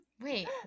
Wait